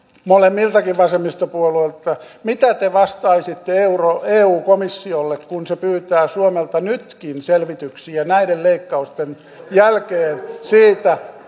molemmiltakin vasemmistopuolueilta mitä te vastaisitte eun komissiolle kun se pyytää suomelta nytkin selvityksiä näiden leikkausten jälkeen siitä